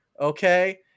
okay